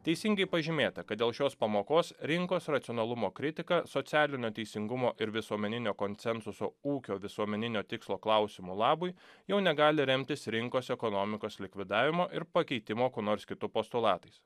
teisingai pažymėta kad dėl šios pamokos rinkos racionalumo kritika socialinio teisingumo ir visuomeninio konsensuso ūkio visuomeninio tikslo klausimo labui jau negali remtis rinkos ekonomikos likvidavimo ir pakeitimo kuo nors kitu postulatais